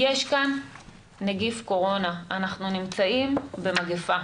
יש כאן נגיף קורונה, אנחנו נמצאים במגפה.